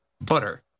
butter